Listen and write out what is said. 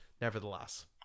nevertheless